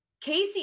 casey